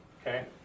Okay